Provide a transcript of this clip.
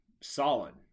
solid